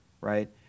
right